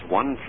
one